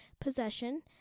possession